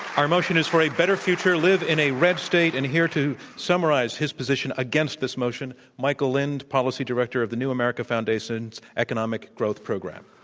our motion is for a better future live in a red state and here to summarize his position against this motion, michael lind, policy director of the new america foundation economic growth program.